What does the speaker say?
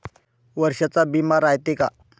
वर्षाचा बिमा रायते का?